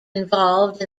involved